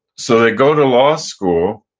so they go to law school,